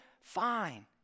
Fine